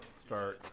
start